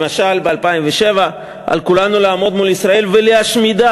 למשל ב-2007: "על כולנו לעמוד מול ישראל ולהשמידה,